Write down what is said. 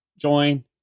Join